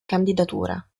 candidatura